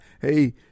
hey